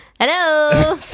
Hello